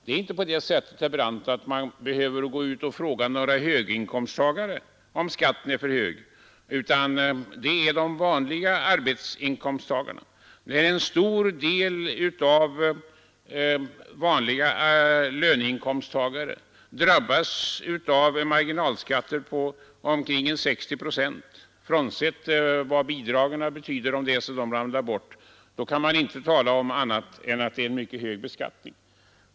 Man behöver inte, herr Brandt, gå ut och fråga några höginkomsttagare om skatten är för hög, utan då en stor del av vanliga löneinkomsttagare drabbas av marginalskatter på omkring 60 procent, frånsett vad det betyder om bidragen faller bort, kan man inte säga annat än att det är en mycket hög beskattning.